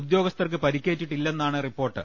ഉദ്യോഗസ്ഥർക്ക് പരിക്കേറ്റിട്ടില്ലെന്നാണ് റിപ്പോർട്ട്